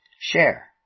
share